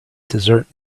desert